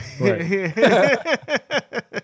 Right